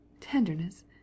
tenderness